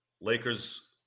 Lakers